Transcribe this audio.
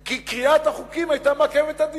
כי קריאת החוקים היתה מעכבת את הדיון,